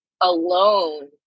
alone